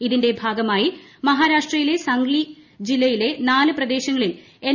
ഇതിന്റെ ഭാഗമായി മഹാരാഷ്ട്രയിലെ സംഗ്ലി ജില്ലയിലെ നാല് പ്രദേശങ്ങളിൽ എൻ